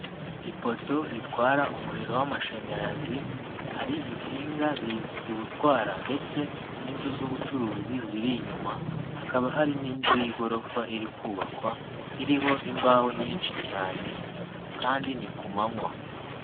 Ipoto ritwara umuriro w'amashanyarazi hari insinga ziwutwara ndetse n'inzu z'ubucuruzi ziri inyuma, hakaba hari n'inzu y'igorofa iri kubakwa iriho imbaho nyinshi cyane kandi ni ku manywa.